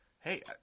hey